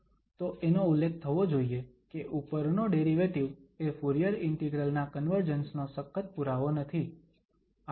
તો એનો ઉલ્લેખ થવો જોઈએ કે ઉપરનો ડેરિવેટિવ એ ફુરીયર ઇન્ટિગ્રલ ના કન્વર્જન્સ નો સખત પુરાવો નથી